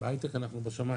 בהייטק אנחנו בשמיים,